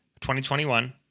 2021